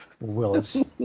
Willis